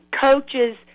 coaches